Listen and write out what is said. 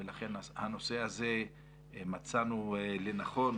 לכן מצאנו לנכון